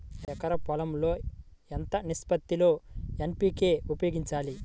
ఎకరం పొలం లో ఎంత నిష్పత్తి లో ఎన్.పీ.కే ఉపయోగించాలి?